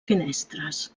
finestres